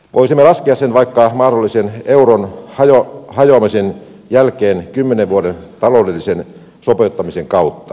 voisimme laskea sen vaikka mahdollisen euron hajoamisen jälkeen kymmenen vuoden taloudellisen sopeuttamisen kautta